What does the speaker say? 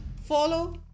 follow